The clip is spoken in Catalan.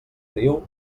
riu